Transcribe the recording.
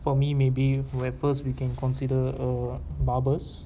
for me maybe where first we can consider uh barbers